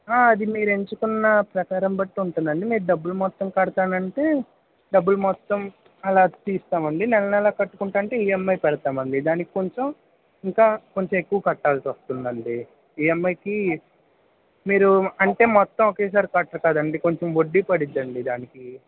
అది మీరెంచుకున్న ప్రకారం బట్టి ఉంటుందండీ మీరు డబ్బులు మొత్తం కడతానంటే డబ్బులు మొత్తం అలా తీస్తామండి నెలనెలా కట్టుకుంటామంటే ఈఎమ్ఐ పెడతామండి దానికి కొంచెం ఇంకా కొంచెం ఎక్కువ కట్టాల్సొస్తుందండి ఈఎమ్ఐకి మీరు అంటే మొత్తం ఒకేసారి కట్టరు కదండి కొంచెం వడ్డీ పడుతుందండి దానికి